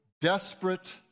desperate